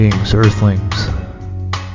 earthlings